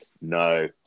No